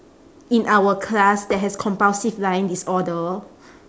in our class that has compulsive lying disorder